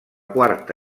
quarta